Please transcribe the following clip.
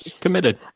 committed